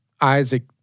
Isaac